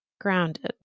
grounded